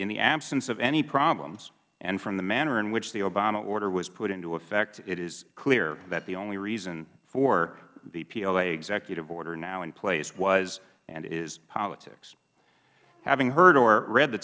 the absence of any problems and from the manner in which the obama order was put into effect it is clear that the only reason for the pla executive order now in place was and is politics having heard or read the